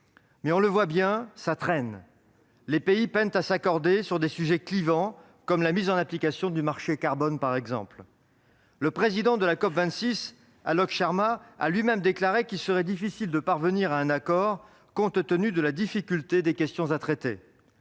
constate, la situation traîne et les pays peinent à s'accorder sur des sujets clivants, comme la mise en application du marché du carbone. Le président de la COP26, Alok Sharma, a lui-même déclaré qu'il serait difficile de parvenir à un accord, compte tenu de la difficulté des questions à traiter.